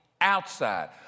outside